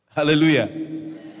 hallelujah